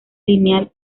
lineal